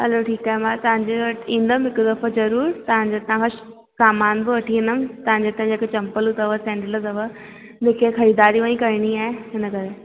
हलो ठीकु आहे मां तव्हांजे वटि ईंदमि हिकु दफ़ो ज़रूर तव्हांजे हितां बसि सामान पोइ वठी वेंदमि तव्हांजे हितां जेको चंपलू अथव सैंडलू अथव मूंखे ख़रीदारी हूअं ई करिणी आहे हिन करे